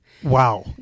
Wow